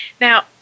Now